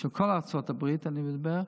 של כל ארצות הברית, אני מדבר,